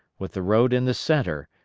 with the road in the centre,